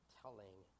telling